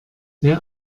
wer